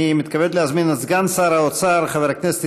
אני מתכבד להזמין את סגן שר האוצר חבר הכנסת